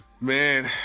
Man